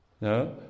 No